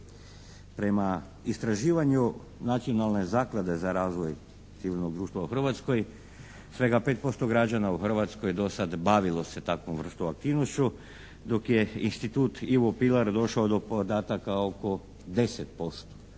Prema istraživanju Nacionalne zaklade za razvoj civilnog društva u Hrvatskoj svega 5% građana u Hrvatskoj do sad bavilo se takvom vrstom aktivnošću dok je Institut "Ivo Pilar" došao do podataka oko 10%.